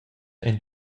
ein